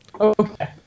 Okay